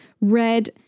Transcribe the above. red